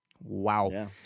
wow